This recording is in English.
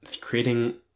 creating